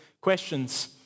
questions